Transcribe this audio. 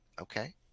Okay